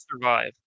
survive